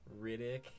Riddick